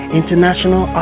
international